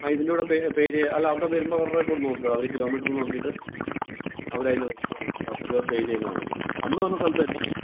ആ ഇതിൻ്റെ കൂടെ പേ പേ ചെയ്യാം അല്ല അവിടെ വരുമ്പോൾ അവരുടെ കൊടു നോക്കാം അവർ കിലോമീറ്ററ് നോക്കിട്ട് അവരതിൻ്റെ റേറ്റ് പറയും അവരുടെ പേ ചെയ്താൽ മതി അന്ന് വന്ന സ്ഥലത്ത് തന്നെയാണോ